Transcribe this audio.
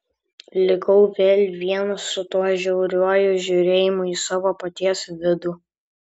likau vėl vienas su tuo žiauriuoju žiūrėjimu į savo paties vidų